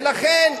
ולכן,